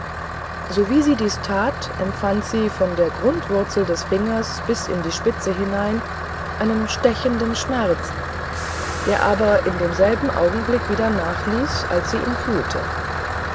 sowie sie dies tat empfand sie von der grundwurzel des fingers bis in die spitze hinein einen stechenden schmerz der aber in demselben augenblick wieder nachließ als sie ihn fühlte